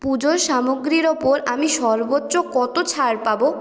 পুজোর সামগ্রীর ওপর আমি সর্বোচ্চ কত ছাড় পাব